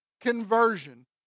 conversion